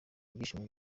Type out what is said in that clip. ibyishimo